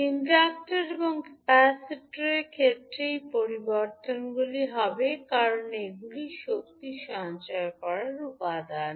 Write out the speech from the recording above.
inductor এবং ক্যাপাসিটরের ক্ষেত্রে এই পরিবর্তনগুলি হবে কারণ এগুলি শক্তি সঞ্চয় করার উপাদান